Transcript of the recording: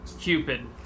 Cupid